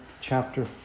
chapter